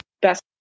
best